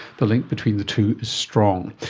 the link between the two is strong.